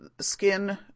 skin